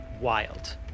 wild